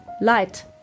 light